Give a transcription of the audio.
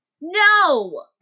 No